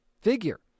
figure